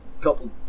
Couple